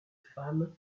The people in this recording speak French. femme